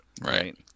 Right